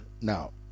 now